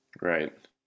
Right